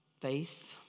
Face